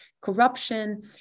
corruption